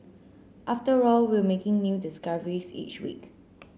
after all we're making new discoveries each week